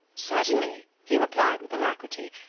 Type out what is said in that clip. certainly, he replied with alacrity,